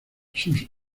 sus